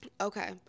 Okay